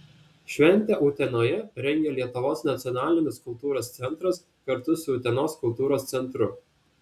šventę utenoje rengia lietuvos nacionalinis kultūros centras kartu su utenos kultūros centru